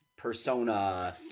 persona